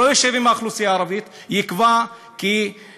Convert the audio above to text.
ישב עם האוכלוסייה הערבית ויקבע כחוק.